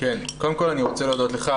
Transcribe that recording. קודם כל אני רוצה להודות לך,